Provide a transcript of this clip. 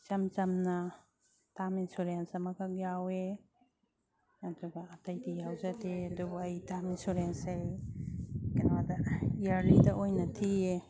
ꯏꯆꯝ ꯆꯝꯅ term insurance ꯑꯃꯈꯛ ꯌꯥꯎꯋꯦ ꯑꯗꯨꯒ ꯑꯩꯇꯩꯗꯤ ꯌꯥꯎꯖꯗꯦ ꯑꯗꯨꯕꯨ ꯑꯩ ꯇꯥꯝ ꯏꯟꯁꯨꯔꯦꯟꯁꯁꯦ ꯀꯩꯅꯣꯗ ꯏꯌꯥꯔꯂꯤ ꯑꯣꯏꯅ ꯊꯤꯌꯦ